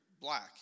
black